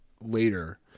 later